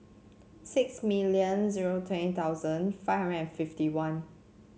six million zero twenty thousand five hundred and fifty one